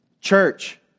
Church